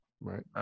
Right